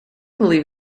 believe